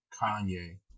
Kanye